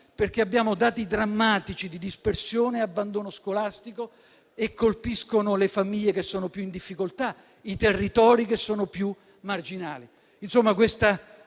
perché abbiamo dati drammatici di dispersione e abbandono scolastico, che colpiscono le famiglie che sono più in difficoltà, i territori che sono più marginali.